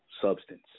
substance